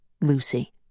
Lucy